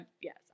yes